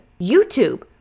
YouTube